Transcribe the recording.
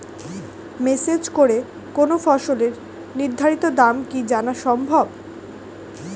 Message করে কোন ফসলের নির্ধারিত দাম কি জানা সম্ভব?